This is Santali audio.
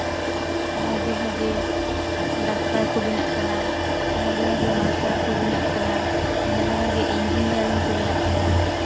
ᱵᱷᱟᱜᱮᱼᱵᱷᱟᱜᱮ ᱰᱟᱠᱛᱟᱨ ᱠᱚ ᱵᱮᱱᱟᱜ ᱠᱟᱱᱟ ᱵᱷᱟᱜᱮᱼᱵᱷᱟᱜᱮ ᱢᱟᱥᱴᱟᱨ ᱠᱚ ᱵᱮᱱᱟᱜ ᱠᱟᱱᱟ ᱵᱷᱟᱜᱮᱼᱵᱷᱟᱜᱮ ᱤᱱᱡᱤᱱᱤᱭᱟᱨᱤᱝ ᱠᱚ ᱵᱮᱱᱟᱜ ᱠᱟᱱᱟ